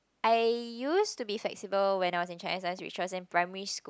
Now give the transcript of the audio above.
I used to be flexible when I was in Chinese dance which was in primary school